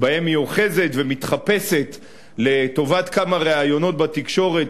ואני אזכיר כמה מהדברים שאתה אמרת,